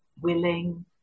willing